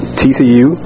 tcu